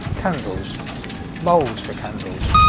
candles moulds for candles